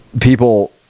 people